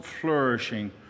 flourishing